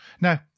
Now